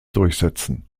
durchsetzen